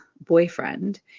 boyfriend